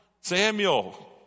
Samuel